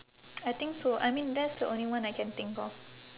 I think so I mean that's the only one I can think of